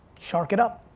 shark it up.